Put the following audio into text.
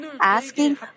asking